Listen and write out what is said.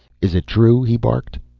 is it true? he barked.